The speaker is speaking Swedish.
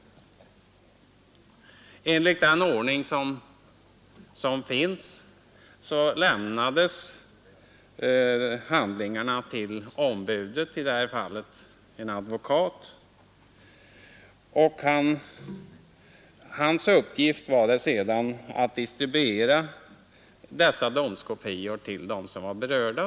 Enligt den ordning som gäller lämnades handlingarna till ombudet — i detta fall en advokat. Det var sedan hans uppgift att distribuera dessa domskopior till de berörda.